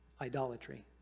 idolatry